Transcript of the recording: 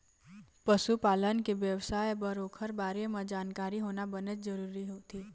पशु पालन के बेवसाय बर ओखर बारे म जानकारी होना बनेच जरूरी होथे